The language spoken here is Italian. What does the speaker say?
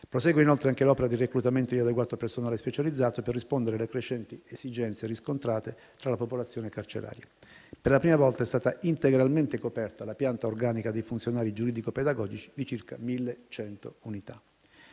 Prosegue inoltre anche l'opera di reclutamento di adeguato personale specializzato, per rispondere alle crescenti esigenze riscontrate tra la popolazione carceraria. Per la prima volta è stata integralmente coperta la pianta organica dei funzionari giuridico pedagogici di circa 1.100 unità.